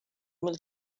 mil